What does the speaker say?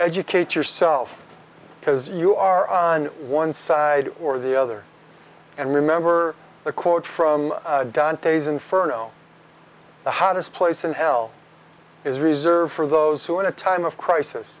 educate yourself because you are on one side or the other and remember the quote from dantes inferno the hottest place in hell is reserved for those who in a time of crisis